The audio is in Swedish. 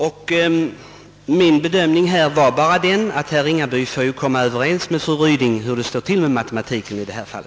Min bedömning är bara den att herr Ringaby får komma överens med fru Ryding om hur det står till med matematiken i detta fall.